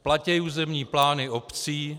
Platí územní plány obcí.